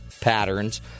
patterns